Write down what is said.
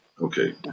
Okay